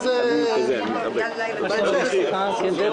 ומי למוות.